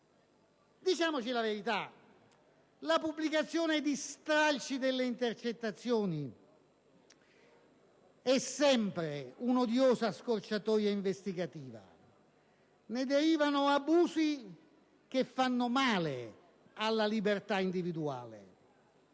Diciamoci la verità: la pubblicazione di stralci delle intercettazioni è sempre un'odiosa scorciatoia investigativa: ne derivano abusi che fanno male alla libertà individuale.